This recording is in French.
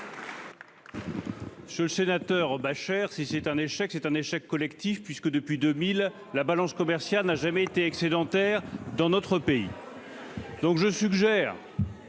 Je le sénateur Bachere si c'est un échec, c'est un échec collectif, puisque depuis 2000, la balance commerciale n'a jamais été excédentaire dans notre pays. Donc je suggère,